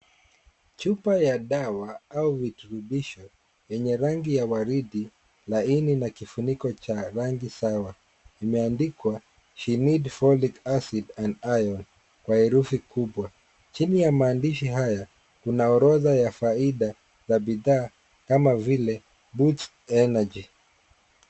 Chupa ya dawa au virutubisho yenye rangi ya waridi laini na kifuniko chenye rangi sawa. Imeandikwa she need Folic acid and Iron kwa herufi kubwa. Chini ya maandishi haya kuna orodha ya faida za bidhaa kama vile boosts energy